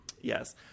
Yes